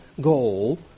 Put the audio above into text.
goal